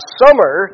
summer